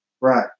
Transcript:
Right